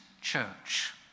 church